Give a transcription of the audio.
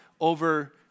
over